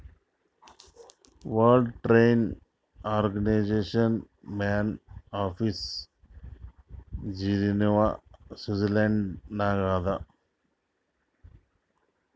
world trade organisation main office Geneva Switzerland ನಾಗ್ ಅದಾ